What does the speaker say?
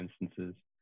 instances